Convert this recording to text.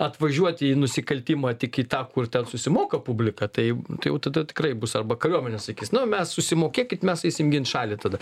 atvažiuoti į nusikaltimą tik į tą kur ten susimoka publika tai jau tada tikrai bus arba kariuomenė sakys nu mes susimokėkit mes eisim gint šalį tada